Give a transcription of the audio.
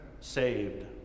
saved